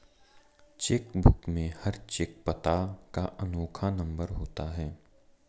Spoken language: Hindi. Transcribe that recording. चेक बुक में हर चेक पता का अनोखा नंबर होता है